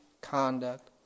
conduct